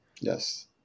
Yes